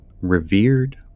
revered